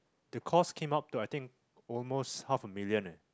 the cost came up to I think almost half a million ah